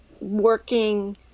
working